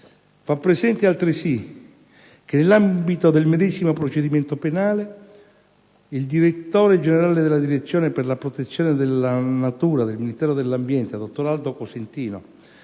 Fa presente, altresì, che, nell'ambito del medesimo procedimento penale, il direttore generale della Direzione per la protezione della natura del Ministero dell'ambiente, dottor Aldo Cosentino,